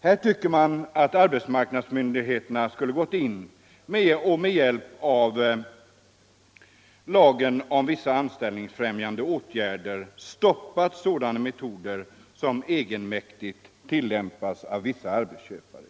Här tycker man att arbetsmarknadsmyndigheterna skulle ha gått in och med hjälp av lagen om vissa anställningsfrämjande åtgärder stoppat sådana metoder som egenmäktigt tillämpas av vissa arbetsköpare.